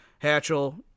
Hatchell